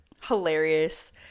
Hilarious